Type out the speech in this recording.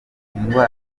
y’umuvuduko